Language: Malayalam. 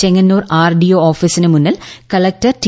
ചെങ്ങന്നൂർ ആർഡിഒ ഓഫീസിനു മുന്നിൽ കളക്ടർ ടി